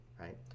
right